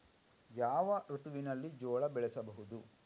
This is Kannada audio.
ಯಾವ ಋತುವಿನಲ್ಲಿ ಜೋಳ ಬೆಳೆಸಬಹುದು?